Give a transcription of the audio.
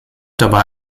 dabei